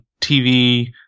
TV